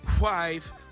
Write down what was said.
wife